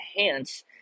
enhance